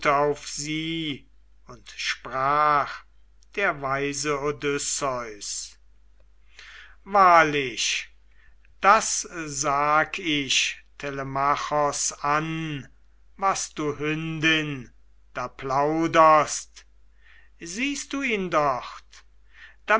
auf sie und sprach der weise odysseus wahrlich das sag ich telemachos an was du hündin da plauderst siehst du ihn dort